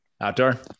Outdoor